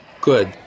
Good